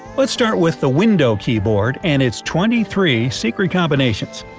let's start with the window keyboard and its' twenty three secret combinations.